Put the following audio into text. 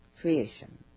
creation